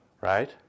Right